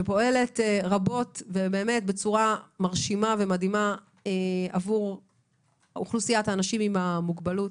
שפועלת רבות בצורה מרשימה ומדהימה עבור אוכלוסיית האנשים עם המוגבלות,